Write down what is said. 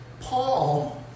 Paul